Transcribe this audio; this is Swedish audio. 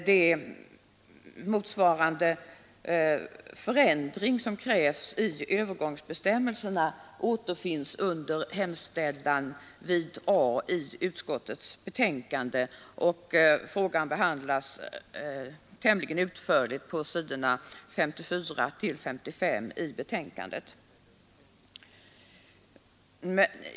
Den förändring som krävs i övergångsbestämmelserna återfinns i utskottets hemställan vid A i betänkandet. Frågan behandlas tämligen utförligt på s. 54 och 55 i betänkandet.